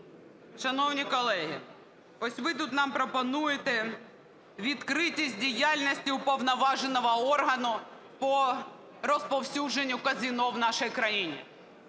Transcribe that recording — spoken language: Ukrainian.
Шановні колеги, ось ви тут нам пропонуєте відкритість діяльності уповноваженого органу по розповсюдженню казино в нашій країні.